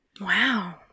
Wow